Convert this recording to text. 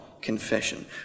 confession